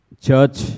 Church